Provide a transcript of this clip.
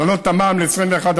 להעלות את המע"מ ל-21%.